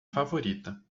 favorita